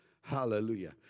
Hallelujah